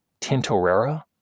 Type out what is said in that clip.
Tintorera